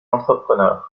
entrepreneurs